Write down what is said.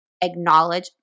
Acknowledge